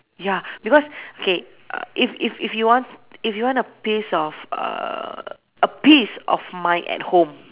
ya because K err if if if you want if you want a peace of uh a peace of mind at home